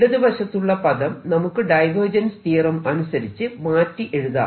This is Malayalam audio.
ഇടതുവശത്തുള്ള പദം നമുക്ക് ഡൈവേർജൻസ് തിയറം അനുസരിച്ച് മാറ്റി എഴുതാം